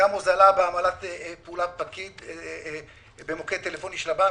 הוזלה בעמלת פעולת פקיד במוקד טלפוני של הבנק,